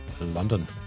london